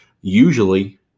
Usually